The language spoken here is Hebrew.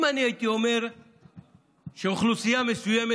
אם אני הייתי אומר שאוכלוסייה מסוימת